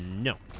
no